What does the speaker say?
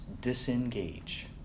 disengage